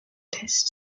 test